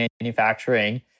manufacturing